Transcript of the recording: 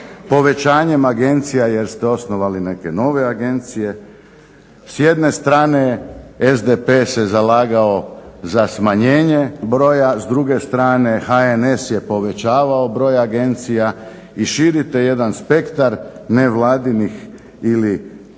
povećanjem agencija jer ste osnovali neke nove agencije. S jedne strane SDP se zalagao za smanjenje broja, s druge strane HNS je povećavao broj agencija, i širite jedan spektar nevladinih ili